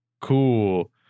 Cool